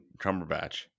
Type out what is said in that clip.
Cumberbatch